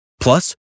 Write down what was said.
Plus